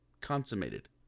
consummated